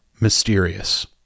mysterious